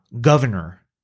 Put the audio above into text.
governor